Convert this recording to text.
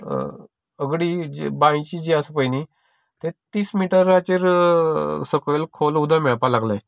सगली बांयची जी आसा पय न्ही तें तीस मिटराचेर सकयल खोल उदक मेळपाक लागलें मागीर